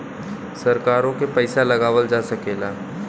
सरकारों के पइसा लगावल जा सकेला